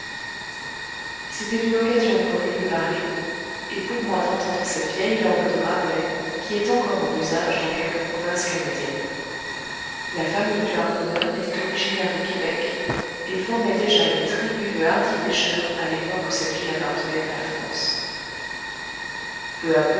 c'était une occasion pour lui de parler et pour moi d'entendre cette vieille langue de rabelais qui est encore en usage dans quelques provinces canadiennes la famille du harponneur était originaire de québec et formait déjà un tribu de hardis pêcheurs à l'époque où cette ville appartenait à la france peu à peu